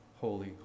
holy